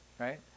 Right